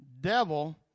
devil